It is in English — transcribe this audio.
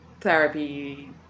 therapy